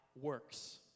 works